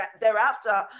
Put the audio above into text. thereafter